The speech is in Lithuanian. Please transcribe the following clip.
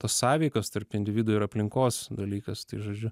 tos sąveikos tarp individo ir aplinkos dalykas tai žodžiu